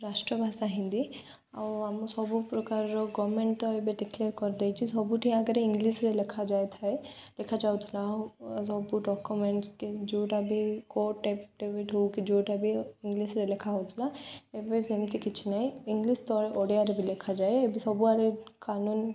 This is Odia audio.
ରାଷ୍ଟ୍ରଭାଷା ହିନ୍ଦୀ ଆଉ ଆମ ସବୁ ପ୍ରକାରର ଗଭର୍ଣ୍ଣମେଣ୍ଟ ତ ଏବେ ଡିକଲେର୍ କରିଦେଇଛି ସବୁଠି ଆଗରେ ଇଂଲିଶରେ ଲେଖାଯାଇଥାଏ ଲେଖା ଯାଉଥିଲା ଆଉ ସବୁ ଡକୁମେଣ୍ଟସ୍ କି ଯେଉଁଟା ବି କୋର୍ଟ ଆଫିଡେବିଟ୍ ହେଉ କି ଯେଉଁଟା ବି ଇଂଲିଶ ତଳେ ଓଡ଼ିଆରେ ବି ଲେଖାଯାଏ ଏବେ ସବୁଆଡ଼େ କାନୁନ